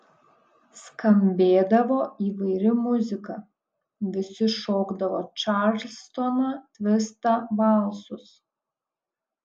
skambėdavo įvairi muzika visi šokdavo čarlstoną tvistą valsus